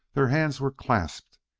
their hands were clasped,